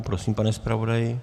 Prosím, pane zpravodaji.